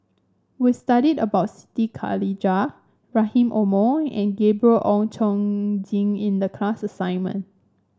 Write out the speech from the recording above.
we studied about Siti Khalijah Rahim Omar and Gabriel Oon Chong Jin in the class assignment